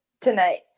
tonight